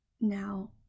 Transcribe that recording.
Now